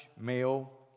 male